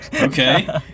Okay